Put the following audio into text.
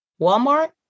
Walmart